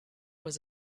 was